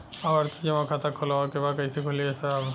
आवर्ती जमा खाता खोलवावे के बा कईसे खुली ए साहब?